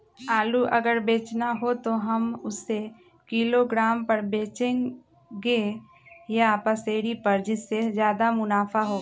आलू अगर बेचना हो तो हम उससे किलोग्राम पर बचेंगे या पसेरी पर जिससे ज्यादा मुनाफा होगा?